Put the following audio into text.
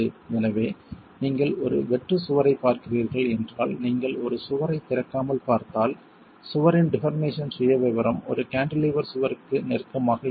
எனவே நீங்கள் ஒரு வெற்று சுவரைப் பார்க்கிறீர்கள் என்றால் நீங்கள் ஒரு சுவரைத் திறக்காமல் பார்த்தால் சுவரின் டிபார்மேசன் சுயவிவரம் ஒரு கேன்டிலீவர் சுவருக்கு நெருக்கமாக இருக்கும்